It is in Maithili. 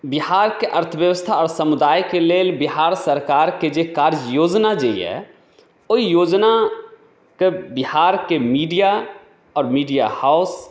बिहारके अर्थव्यवस्था आओर समुदायके लेल बिहार सरकारके जे कार्य योजना जे यऽ ओहि योजनाके बिहारके मीडिया आओर मीडिया हाउस